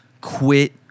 quit